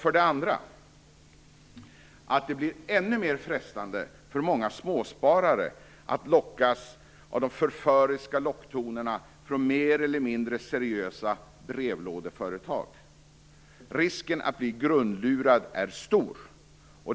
För det andra kommer det att innebära att det blir ännu mer frestande för många småsparare att lyssna till de förföriska locktonerna från mer eller mindre seriösa brevlådeföretag. Risken att bli grundlurad är stor.